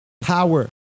power